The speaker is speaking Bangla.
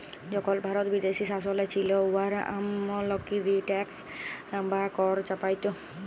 যখল ভারত বিদেশী শাসলে ছিল, উয়ারা অমালবিক ট্যাক্স বা কর চাপাইত